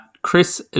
Chris